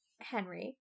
Henry